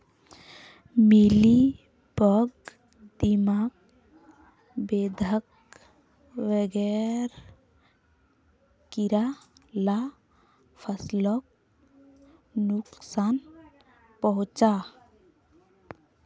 mealybug, दीमक, बेधक वगैरह कीड़ा ला फस्लोक नुक्सान पहुंचाः